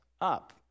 up